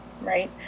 right